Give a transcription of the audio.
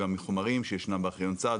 גם מחומרים שישנם בארכיון צה"ל,